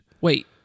Wait